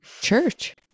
church